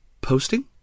Posting